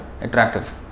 Attractive